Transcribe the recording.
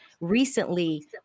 recently